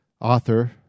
author